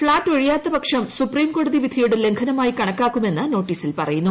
flat ഒഴിയാത്തപക്ഷം സുപ്രീംകോടതി വിധിയുടെ ലംഘനമായി കണക്കാക്കുമെന്ന് നോട്ടീസിൽ പ്രിയുന്നു